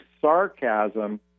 sarcasm